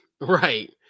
right